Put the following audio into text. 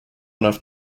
enough